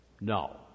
no